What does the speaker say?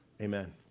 Amen